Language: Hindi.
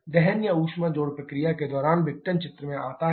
दहन या ऊष्मा जोड़ प्रक्रिया के दौरान विघटन चित्र में आता है